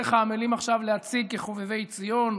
וחבריך עמלים עכשיו להציג כחובבי ציון,